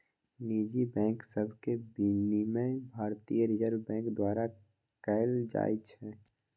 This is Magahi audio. निजी बैंक सभके विनियमन भारतीय रिजर्व बैंक द्वारा कएल जाइ छइ